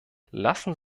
lassen